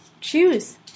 choose